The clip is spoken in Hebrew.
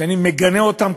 אני מגנה אותם,